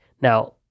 Now